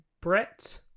Brett